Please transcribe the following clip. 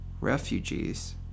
refugees